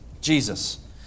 Jesus